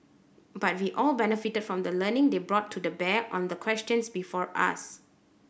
but we all benefited from the learning they brought to bear on the questions before us